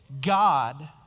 God